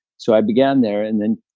so i began there and then,